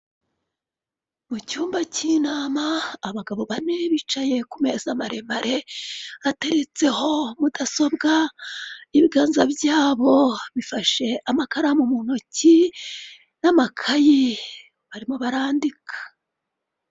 Mu cyumba cy'inama abagabo bane bicaye ku meza maremare ateretseho mudasobwa, ibiganza byabo bifashe amakaramu mu ntoki n'amakaye barimo barandika.